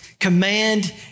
command